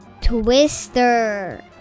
Twister